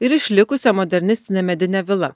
ir išlikusia modernistine medine vila